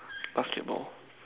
basketball